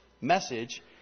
message